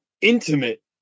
intimate